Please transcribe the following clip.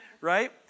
right